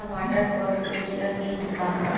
टमाटर पर उजला किट का है?